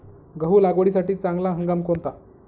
गहू लागवडीसाठी चांगला हंगाम कोणता?